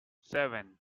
seven